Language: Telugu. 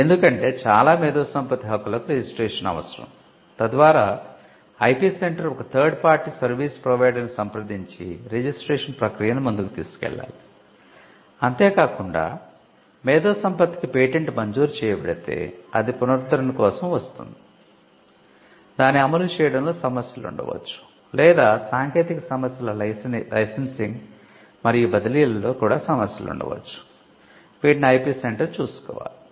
ఎందుకంటే చాలా మేధో సంపత్తి హక్కులకు రిజిస్ట్రేషన్ అవసరం తద్వారా ఐపి సెంటర్ ఒక థర్డ్ పార్టీ సర్వీస్ ప్రోవైడర్ చూసుకోవాలి